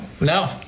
no